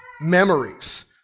memories